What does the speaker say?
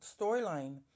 storyline